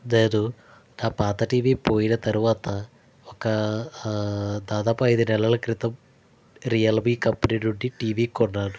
నేను నా పాత టీవీ పోయిన తర్వాత ఒక ఆ దాదాపు ఐదు నెలల క్రితం రియల్మీ కంపెనీ నుండి టీవీ కొన్నాను